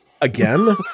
again